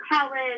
college